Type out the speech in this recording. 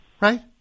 right